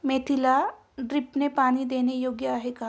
मेथीला ड्रिपने पाणी देणे योग्य आहे का?